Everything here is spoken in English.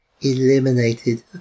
Eliminated